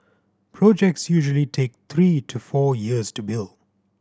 projects usually take three to four years to build